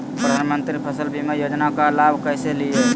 प्रधानमंत्री फसल बीमा योजना का लाभ कैसे लिये?